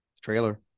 Trailer